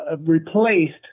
replaced